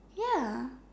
ya